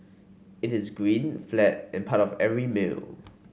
it is green flat and part of every meal